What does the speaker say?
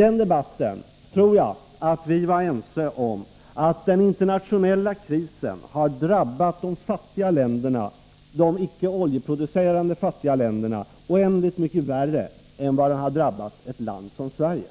I debatten då tror jag att vi var ense om att den internationella krisen har drabbat de icke oljeproducerande fattiga länderna oändligt mycket mer än ett land som Sverige.